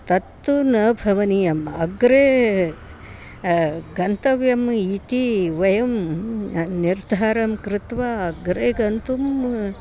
तत्तु न भवनीयम् अग्रे गन्तव्यम् इति वयं निर्धारं कृत्वा अग्रे गन्तुम्